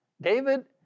David